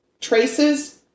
traces